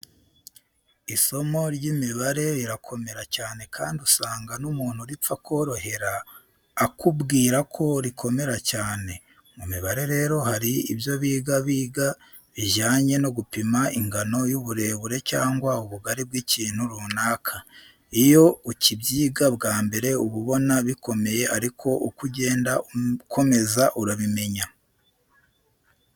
Isomo ry'imibare rirakomera cyane kandi usanga n'umuntu ripfa korohera akubwira ko rikomera cyane. Mu mibare rero hari ibyo biga biga bijyanaye no gupima ingano y'uburebure cyangwa ubugari bw'ikintu runaka. Iyo ukibyiga bwa mbere uba ubona bikomeye ariko uko ugenda ukomeza urabimenya.